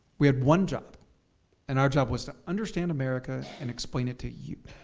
we had one job and our job was to understand america and explain it to you.